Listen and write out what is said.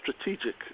strategic